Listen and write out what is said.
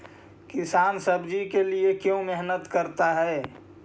किसान सब्जी के लिए क्यों मेहनत करता है?